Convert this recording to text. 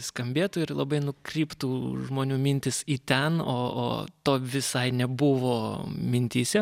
skambėtų ir labai nukryptų žmonių mintys į ten o o to visai nebuvo mintyse